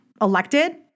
elected